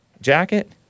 jacket